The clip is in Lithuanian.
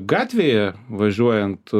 gatvėje važiuojant